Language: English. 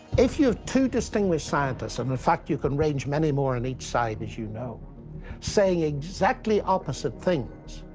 if you have two distinguished scientists and, in fact, you can range many more on each side, as you know saying exactly opposite things,